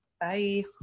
Bye